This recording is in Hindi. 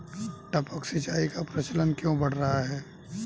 टपक सिंचाई का प्रचलन क्यों बढ़ रहा है?